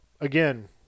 Again